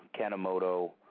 Kanemoto